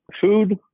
food